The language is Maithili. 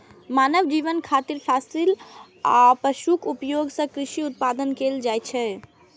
मानव जीवन खातिर फसिल आ पशुक उपयोग सं कृषि उत्पादन कैल जाइ छै